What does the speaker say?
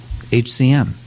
HCM